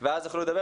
ותדמיינו,